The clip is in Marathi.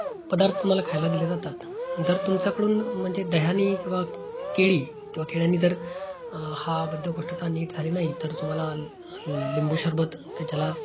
पदार्थ तुम्हाला खायला दिले जातात जर तुमच्याकडून म्हणजे दह्याने किंवा केळी किंवा केळ्याने जर हा बद्धकोष्ठता नीट झाली नाही तर तुम्हाला लिंबू सरबत क ज्याला